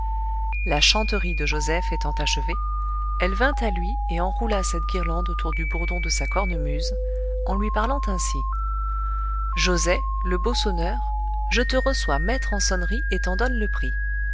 la chanterie de joseph étant achevée elle vint à lui et enroula cette guirlande autour du bourdon de sa cornemuse en lui parlant ainsi joset le beau sonneur je te reçois maître en sonnerie et t'en donne le prix